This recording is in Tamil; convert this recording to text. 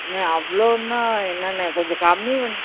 அண்ணே அவ்வளோன்னா என்னண்ணே கொஞ்சம் கம்மி பண்ணி